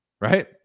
right